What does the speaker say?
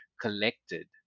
collected